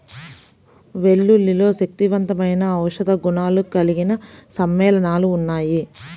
వెల్లుల్లిలో శక్తివంతమైన ఔషధ గుణాలు కలిగిన సమ్మేళనాలు ఉన్నాయి